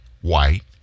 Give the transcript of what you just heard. white